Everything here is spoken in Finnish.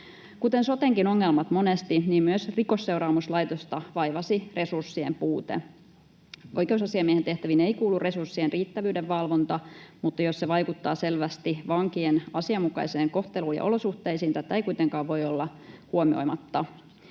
Kuten sotenkin ongelmat monesti, niin myös Rikosseuraamuslaitosta vaivasi resurssien puute. Oikeusasiamiehen tehtäviin ei kuulu resurssien riittävyyden valvonta, mutta jos se vaikuttaa selvästi vankien asianmukaiseen kohteluun ja olosuhteisiin, tätä ei kuitenkaan voi olla huomioimatta.